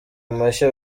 amashyi